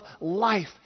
life